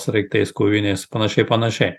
sraigtais koviniais panašiai panašiai